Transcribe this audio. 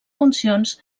funcions